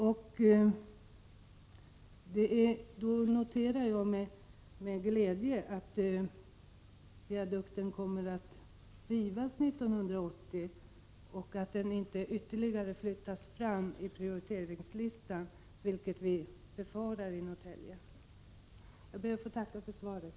Jag noterar med glädje att viadukten kommer att rivas 1988 och att rivningen inte ytterligare flyttas fram i prioriteringslistan, vilket vi i Norrtälje befarat. Jag ber att än en gång få tacka för svaret.